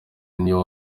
new